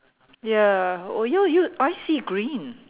ya oh your you I see green